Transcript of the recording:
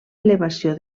elevació